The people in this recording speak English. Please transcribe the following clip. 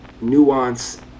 nuance